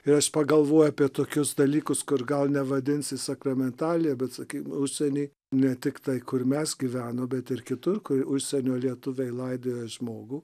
ir aš pagalvoju apie tokius dalykus kur gal nevadinsi sakramentalija bet sakym užsieny ne tiktai kur mes gyvenom bet ir kitur kai užsienio lietuviai laidoja žmogų